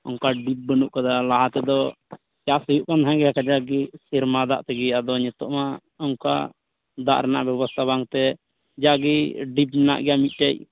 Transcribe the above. ᱚᱱᱠᱟ ᱰᱤᱵᱽ ᱵᱟᱹᱱᱩᱜ ᱟᱠᱟᱫᱟ ᱞᱟᱦᱟ ᱛᱮᱫᱚ ᱪᱟᱥ ᱦᱩᱭᱩᱜ ᱠᱟᱱ ᱛᱟᱦᱮᱸ ᱜᱮᱭᱟ ᱠᱟᱡᱟᱠ ᱜᱮ ᱥᱮᱨᱢᱟ ᱫᱟᱜ ᱛᱮᱜᱮ ᱟᱫᱚ ᱱᱤᱛᱚᱜ ᱢᱟ ᱚᱱᱠᱟ ᱫᱟᱜ ᱨᱮᱱᱟᱜ ᱵᱮᱵᱚᱥᱛᱷᱟ ᱵᱟᱝ ᱛᱮ ᱡᱟᱜᱮ ᱰᱤᱵᱽ ᱢᱮᱱᱟᱜ ᱜᱮᱭᱟ ᱢᱤᱫᱴᱮᱡ